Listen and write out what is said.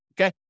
Okay